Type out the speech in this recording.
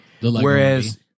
Whereas